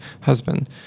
husband